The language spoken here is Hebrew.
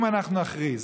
אם אנחנו נכריז